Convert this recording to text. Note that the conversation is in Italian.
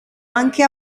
anche